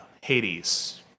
Hades